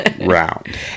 round